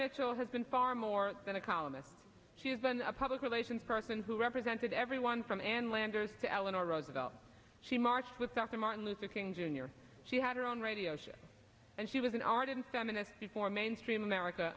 mitchell has been far more than a columnist she's been a public relations person who represented everyone from ann landers to eleanor roosevelt she marched with dr martin luther king jr she had her own radio show and she was an artist a minute before mainstream america